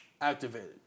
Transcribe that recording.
activated